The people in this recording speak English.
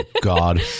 god